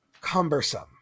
cumbersome